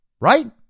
right